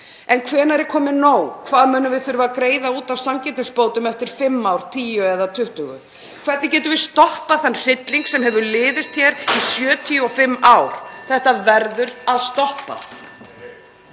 En hvenær er komið nóg? Hvað munum við þurfa að greiða út af sanngirnisbótum eftir fimm ár, tíu eða 20? Hvernig getum við stoppað þann hrylling sem hefur liðist hér í 75 ár? Þetta verður að stoppa.